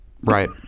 Right